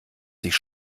sich